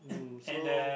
um so